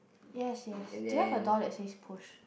yes yes do you have a door that says push